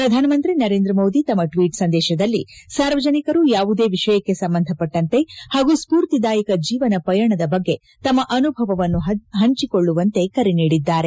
ಪ್ರಧಾನಮಂತ್ರಿ ನರೇಂದ್ರಮೋದಿ ತಮ್ಮ ಟ್ವೀಟ್ ಸಂದೇಶದಲ್ಲಿ ಸಾರ್ವಜನಿಕರು ಯಾವುದೇ ವಿಷಯಕ್ಕೆ ಸಂಬಂಧಪಟ್ಟಂತೆ ಹಾಗೂ ಸ್ಫೂರ್ತಿದಾಯಕ ಜೀವನ ಪಯಣದ ಬಗ್ಗೆ ತಮ್ಮ ಅನುಭವವನ್ನು ಹಂಚಿಕೊಳ್ಳುವಂತೆ ಕರೆ ನೀಡಿದ್ದಾರೆ